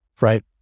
right